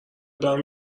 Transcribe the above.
برم